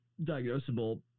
diagnosable